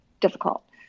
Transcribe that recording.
difficult